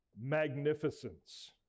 magnificence